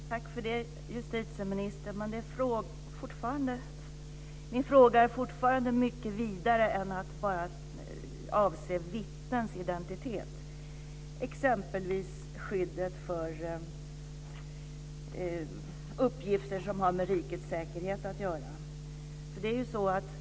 Fru talman! Tack för det, justitieministern. Men min fråga är fortfarande mycket vidare än att bara avse vittnens identitet, exempelvis skyddet för uppgifter som har med rikets säkerhet att göra.